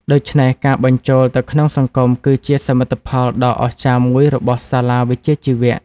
ដូច្នេះ ការបញ្ចូលទៅក្នុងសង្គមគឺជាសមិទ្ធផលដ៏អស្ចារ្យមួយរបស់សាលាវិជ្ជាជីវៈ។